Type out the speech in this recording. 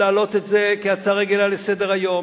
להעלות את זה כהצעה רגילה לסדר-היום,